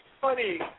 funny